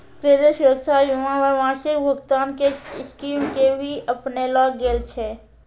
credit सुरक्षा बीमा मे मासिक भुगतान के स्कीम के भी अपनैलो गेल छै